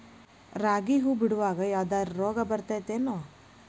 ರಾಗಿ ಹೂವು ಬಿಡುವಾಗ ಯಾವದರ ರೋಗ ಬರತೇತಿ ಏನ್?